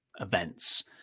events